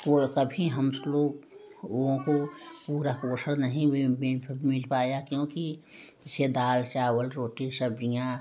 वह कभी हम हम लोगों को पूरा पोषण नहीं मिल पाया क्योंकि जैसे दाल चावल रोटी सब्ज़ियाँ